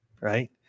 right